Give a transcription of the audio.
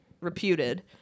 reputed